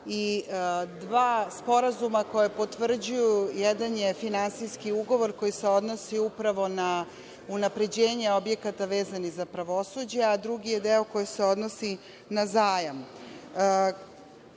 i dva sporazuma koja potvrđuju, jedan je finansijski ugovor koji se odnosi upravo na unapređenje objekata vezanih za pravosuđe, a drugi je deo koji se odnosi na zajam. Kada